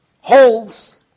holds